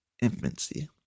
infancy